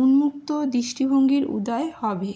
উন্মুক্ত দৃষ্টিভঙ্গির উদয় হবে